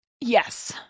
Yes